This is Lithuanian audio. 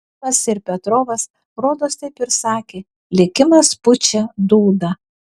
ilfas ir petrovas rodos taip sakė likimas pučia dūdą